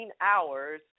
hours